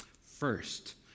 First